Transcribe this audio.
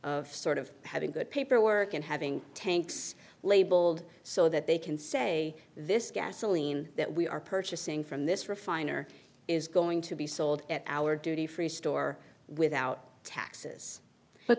of sort of having good paperwork and having tanks labeled so that they can say this gasoline that we are purchasing from this refinery is going to be sold at our duty free store without taxes but